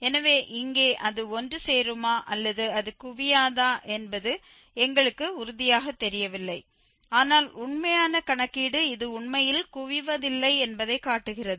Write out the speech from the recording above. எனவே இங்கே அது ஒன்றுசேருமா அல்லது அது குவியாதா என்பது எங்களுக்கு உறுதியாகத் தெரியவில்லை ஆனால் உண்மையான கணக்கீடு அது உண்மையில் குவிவதில்லை என்பதைக் காட்டுகிறது